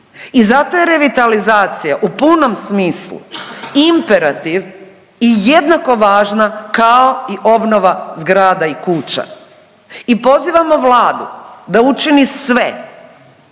i zato je revitalizacija u punom smislu imperativ i jednako važna, kao i obnova zgrada i kuća i pozivamo Vladu da učini sve,